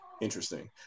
interesting